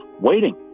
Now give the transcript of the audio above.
waiting